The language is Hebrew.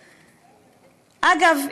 אגב,